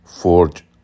forge